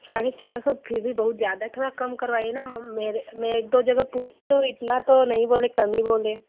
साढ़े चार सौ फ़िर भी बहुत ज़्यादा है थोड़ा कम करवाइए न हम मेरे मैं एक दो जगह पूछी हूँ इतना तो नहीं बोले कम ही बोले